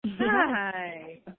Hi